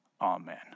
Amen